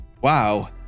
wow